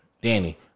Danny